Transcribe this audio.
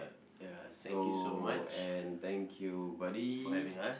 ya so and thank you buddy